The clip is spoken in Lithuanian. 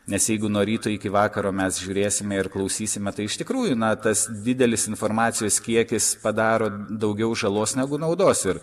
nes jeigu nuo ryto iki vakaro mes žiūrėsime ir klausysime tai iš tikrųjų na tas didelis informacijos kiekis padaro daugiau žalos negu naudos ir